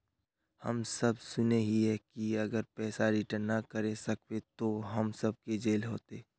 हम सब सुनैय हिये की अगर पैसा रिटर्न ना करे सकबे तो हम सब के जेल होते?